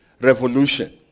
Revolution